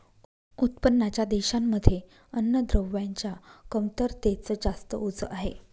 उत्पन्नाच्या देशांमध्ये अन्नद्रव्यांच्या कमतरतेच जास्त ओझ आहे